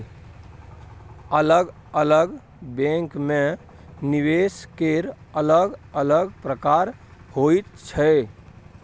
अलग अलग बैंकमे निवेश केर अलग अलग प्रकार होइत छै